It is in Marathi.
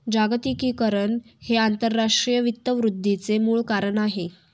जागतिकीकरण हे आंतरराष्ट्रीय वित्त वृद्धीचे मूळ कारण आहे